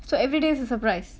so everyday is a surprise